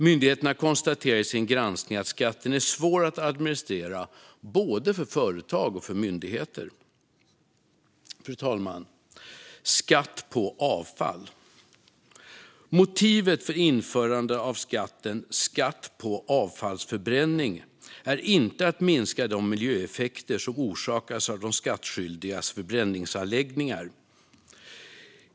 Myndigheterna konstaterar i sin granskning att skatten är svår att administrera både för företag och för myndigheter. Fru talman! Sedan gäller det skatt på avfall. Motivet för införandet av skatt på avfallsförbränning är inte att minska de miljöeffekter som orsakas av de skattskyldigas förbränningsanläggningar.